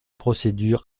procédure